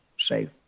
safe